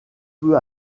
peu